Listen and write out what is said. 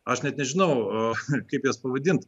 aš net nežinau ir kaip jas pavadint